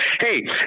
hey